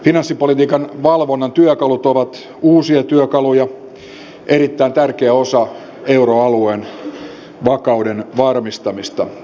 finanssipolitiikan valvonnan työkalut ovat uusia työkaluja erittäin tärkeä osa euroalueen vakauden varmistamista